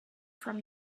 from